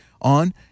on